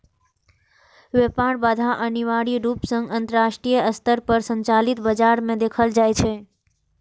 व्यापार बाधा अनिवार्य रूप सं अंतरराष्ट्रीय स्तर पर संचालित बाजार मे देखल जाइ छै